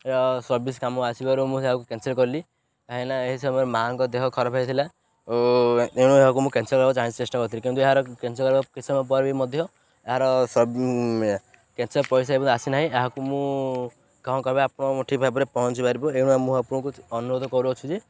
service କାମ ଆସିବାରୁ ମୁଁ ଏହାକୁ କ୍ୟାନ୍ସଲ୍ କଲି କାହିଁକିନା ଏହି ସମୟରେ ମାଆଙ୍କ ଦେହ ଖରାପ୍ ହେଇଥିଲା ଓ ଏଣୁ ଏହାକୁ ମୁଁ କ୍ୟାନ୍ସଲ୍ କରିବାକୁ ଚାହିଁ ଚେଷ୍ଟା କରିଥିଲି କିନ୍ତୁ ଏହାର କ୍ୟାନ୍ସଲ୍ କରିବା କି ସମୟ ପରେ ବି ମଧ୍ୟ ଏହାର କ୍ୟାନ୍ସଲ୍ ପଇସା ଏ ଆସି ନାହିଁ ଏହାକୁ ମୁଁ କ'ଣ କରିବା ଆପଣଙ୍କୁ ଠିକ୍ ଭାବରେ ପହଁଞ୍ଚିପାରିବ ଏଣୁ ମୁଁ ଆପଣଙ୍କୁ ଅନୁରୋଧ କରୁଅଛି ଯେ